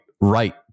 right